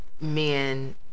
men